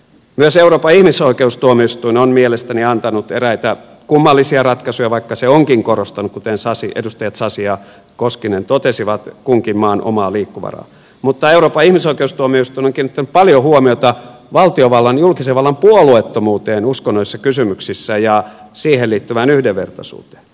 myös euroopan ihmisoikeustuomioistuin on mielestäni antanut eräitä kummallisia ratkaisuja vaikka se onkin korostanut kuten edustajat sasi ja koskinen totesivat kunkin maan omaa liikkumavaraa mutta euroopan ihmisoikeustuomioistuin on kiinnittänyt paljon huomiota valtiovallan julkisen vallan puolueettomuuteen uskonnollisissa kysymyksissä ja siihen liittyvään yhdenvertaisuuteen